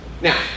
Now